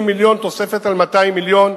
50 מיליון תוספת על 200 מיליון.